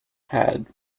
pad